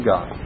God